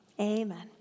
amen